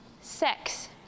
sex